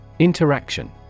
Interaction